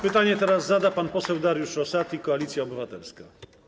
Pytanie teraz zada pan poseł Dariusz Rosati, Koalicja Obywatelska.